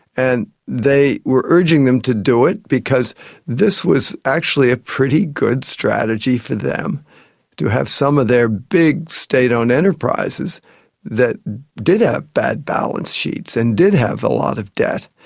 and they were urging them to do it because this was actually a pretty good strategy for them to have some of their big state-owned enterprises that did have ah bad balance sheets and did have a lot of debt,